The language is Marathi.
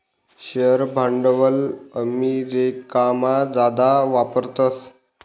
शेअर भांडवल अमेरिकामा जादा वापरतस